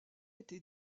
été